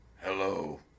Hello